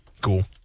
Cool